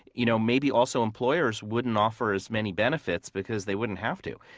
you know maybe also employers wouldn't offer as many benefits because they wouldn't have to.